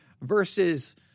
versus